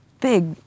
big